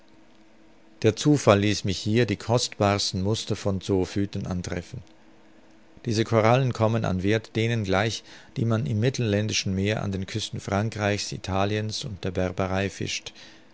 der zufall ließ mich hier die kostbarsten muster von zoophyten antreffen diese korallen kommen an werth denen gleich die man im mittelländischen meer an den küsten frankreichs italiens und der berberei fischt